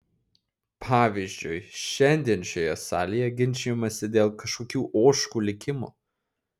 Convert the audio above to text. pavyzdžiui šiandien šioje salėje ginčijamasi dėl kažkokių ožkų likimo